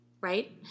right